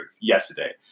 yesterday